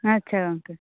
ᱟᱪᱪᱷᱟ ᱜᱚᱝᱠᱮ